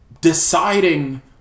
deciding